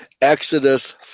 Exodus